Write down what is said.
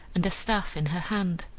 and a staff in her hand.